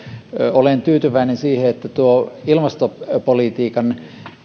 olen tyytyväinen siihen että tuo ilmastopolitiikan